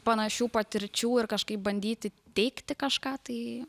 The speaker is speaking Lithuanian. panašių patirčių ir kažkaip bandyti teigti kažką tai